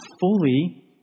fully